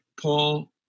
Paul